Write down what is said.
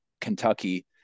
Kentucky